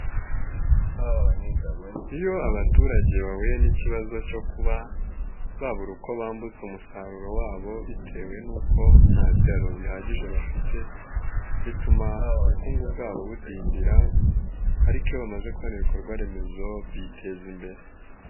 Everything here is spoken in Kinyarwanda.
Iyo abaturage bahuye n'ikibazo cyo kuba babura uko bambutse umusaruro wabo bitewe n'uko nta biraro bihagije bafite, bituma ubukungu bwabo budindira ariko iyo bamaze kubona ibikorwa remezo biteza imbere.